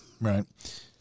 Right